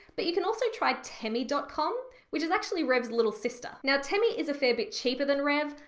but you can also try temi dot com which is actually rev's little sister. now temi is a fair bit cheaper than rev,